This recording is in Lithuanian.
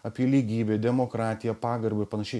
apie lygybę demokratiją pagarbą ir panašiai